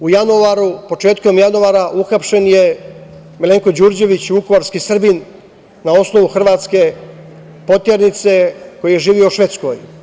U januaru, početkom januara, uhapšen je Milenko Đurđević, vukovarski Srbin, na osnovu hrvatske poternice koji živi u Švedskoj.